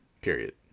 period